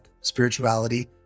spirituality